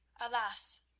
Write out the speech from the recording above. Alas